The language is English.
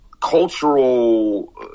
cultural